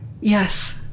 Yes